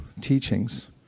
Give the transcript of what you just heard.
teachings